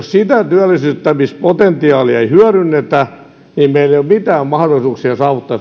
sitä työllistämispotentiaalia ei hyödynnetä niin meillä ei ole mitään mahdollisuuksia saavuttaa